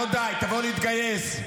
לא די, תבואו להתגייס.